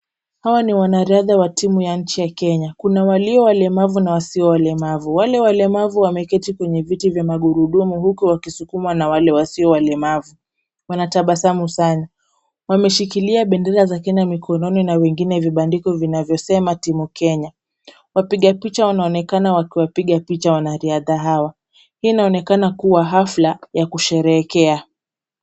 Hawa ni wanariadha wa timu ya nchi ya Kenya. Kuna waliowalemavu na wasiowalemavu. Wale walemavu wameketi kwenye viti vya magurudumu huku wakisukumwa na wale wasio walemavu. Wanatabasamu sana. Wameshikilia bendera za Kenya mikononi na vingine vibandiko vinavyosema Team Kenya. Wapiga picha wanaonekana wakiwapiga picha wanariadha hawa. Hii inaonekana kuwa hafla ya kusheherekea.